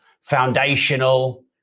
foundational